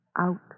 Out